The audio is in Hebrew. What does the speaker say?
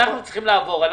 אנחנו צריכים לעבור.